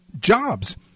jobs